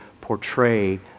portray